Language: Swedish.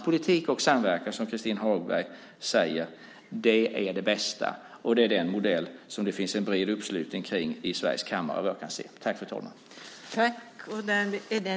Politik och samverkan, som Christin Hagberg säger, är det bästa. Det är den modell som det finns en bred uppslutning kring i riksdagens kammare.